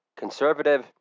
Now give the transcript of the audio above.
conservative